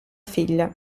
figlia